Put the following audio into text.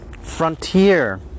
Frontier